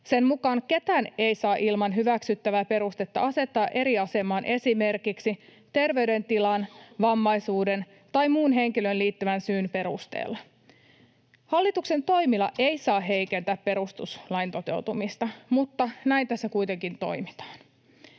Sen mukaan ketään ei saa ilman hyväksyttävää perustetta asettaa eri asemaan esimerkiksi terveydentilan, vammaisuuden tai muun henkilöön liittyvän syyn perusteella. Hallituksen toimilla ei saa heikentää perustuslain toteutumista, mutta näin tässä kuitenkin toimitaan.